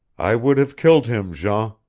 i would have killed him, jean.